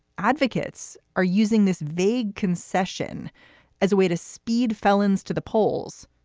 advocates are using this vague concession as a way to speed felons to the polls,